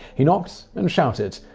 he knocked and shouted,